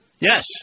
Yes